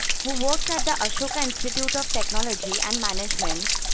who works at the ashoka institute of technology and management,